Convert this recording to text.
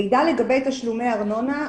מידע לגבי תשלומי ארנונה,